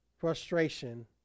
frustration